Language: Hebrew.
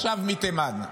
עכשיו, מתימן.